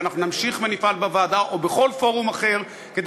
ואנחנו נמשיך ונפעל בוועדה או בכל פורום אחר כדי